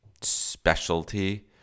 specialty